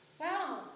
Wow